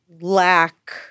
lack